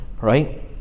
right